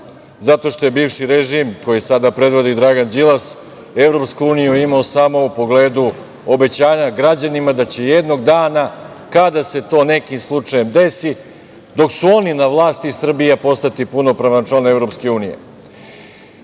zato što je bivši režim, koji sada predvodi Dragan Đilas, EU imao samo u pogledu obećanja građanima da će jednog dana, kada se to nekim slučajem desi, dok su oni na vlasti, Srbija postati punopravan član EU.Jako je